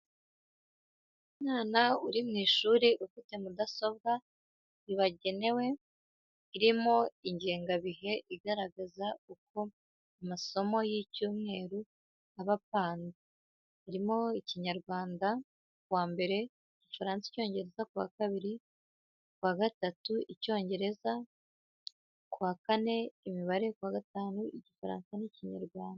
Umwana uri mu ishuri ufite mudasobwa bibagenewe irimo ingengabihe igaragaza uko masomo y'icyumweru aba apanze; harimo ikinyarwanda ku wa mbere, igifaransa, icyongereza ku wa kabiri, ku wa gatatu icyongereza ku wa kane imibare, ku wa gatanu igifaransa n'ikinyarwanda.